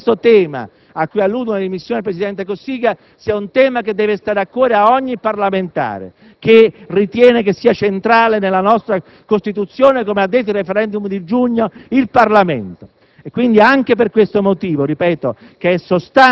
nelle materie non previste dalla Costituzione. Io credo che questo tema, a cui alludono le dimissioni del presidente Cossiga, debba stare a cuore ad ogni parlamentare che ritiene sia centrale nella nostra Costituzione, come ha detto il *referendum* di giugno, il Parlamento.